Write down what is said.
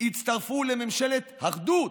הצטרפו לממשלת אחדות,